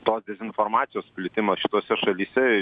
tos dezinformacijos plitimą šitose šalyse